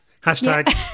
hashtag